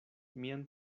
mian